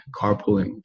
carpooling